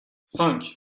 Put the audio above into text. cinq